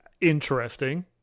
Interesting